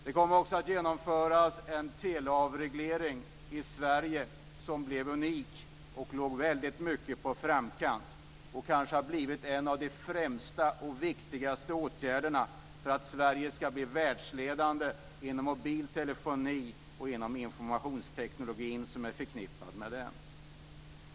Det kom också att genomföras en teleavreglering i Sverige som var unik och som väldigt mycket låg i framkant. Den har blivit en av de kanske främsta och viktigaste åtgärderna för att Sverige ska bli världsledande inom mobil telefoni och inom den informationsteknologi som är förknippad med den.